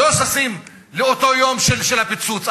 לא ששים לאותו יום של הפיצוץ,